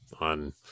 on